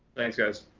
thanks, guys.